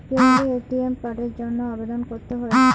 কিভাবে এ.টি.এম কার্ডের জন্য আবেদন করতে হয়?